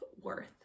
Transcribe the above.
worth